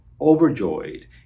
overjoyed